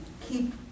keep